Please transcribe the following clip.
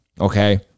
Okay